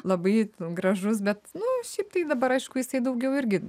labai gražus bet nu šiaip tai dabar aišku jisai daugiau irgi